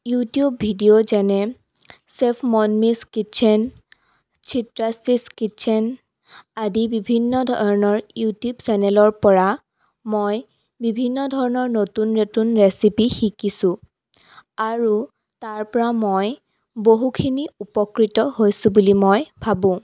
YouTube video যেনে chef Monmi's kitchen Chitrashree's kitchen আদি বিভিন্ন ধৰণৰ ইউটিউব চেনেলৰ পৰা মই বিভিন্ন ধৰণৰ নতুন নতুন ৰেচিপি শিকিছোঁ আৰু তাৰ পৰা মই বহুখিনি উপকৃত হৈছোঁ বুলি মই ভাবোঁ